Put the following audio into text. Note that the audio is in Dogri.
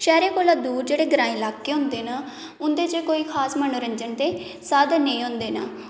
शैह्रें कोला दूर जेह्ड़े ग्रांईं लाकै होंदे न उंदे च कोई खास मनोरंजन ते साधन नेईं होंदे न